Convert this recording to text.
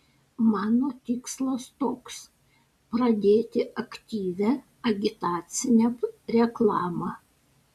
mano tikslas toks pradėti aktyvią agitacinę reklamą